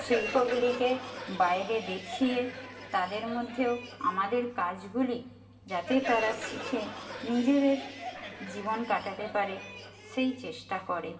শিল্পগুলিকে বাইরে দেখিয়ে তাদের মধ্যেও আমাদের কাজগুলি যাতে তারা শিখে নিজেদের জীবন কাটাতে পারে সেই চেষ্টা করে